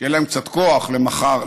שיהיה לכם כוח למחר,